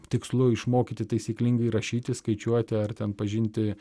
tikslu išmokyti taisyklingai rašyti skaičiuoti ar ten pažinti